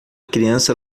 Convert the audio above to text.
criança